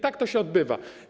Tak to się odbywa.